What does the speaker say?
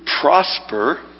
prosper